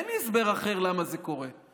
אין לי הסבר אחר למה זה קורה.